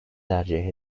tercih